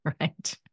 right